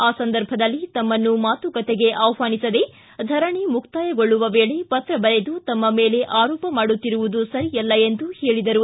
ಆ ಸಂದರ್ಭದಲ್ಲಿ ತಮ್ನನ್ನು ಮಾತುಕತೆಗೆ ಆಹ್ವಾನಿಸದೆ ಧರಣಿ ಮುಕ್ತಾಯಗೊಳ್ಳುವ ವೇಳೆ ಪತ್ರ ಬರೆದು ತಮ್ಮ ಮೇಲೆ ಆರೋಪ ಮಾಡುತ್ತಿರುವುದು ಸರಿಯಲ್ಲ ಎಂದರು